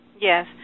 Yes